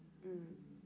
mmhmm